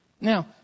Now